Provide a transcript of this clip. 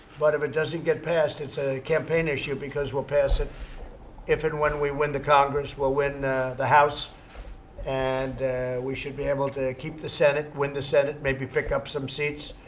but if it doesn't get passed, it's a campaign issue because we'll pass it if and when we win the congress. we'll win the house and we should be able to keep the senate, win the senate, and maybe pick up some seats.